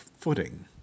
footing